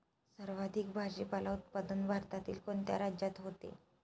सर्वाधिक भाजीपाला उत्पादन भारतातील कोणत्या राज्यात होते?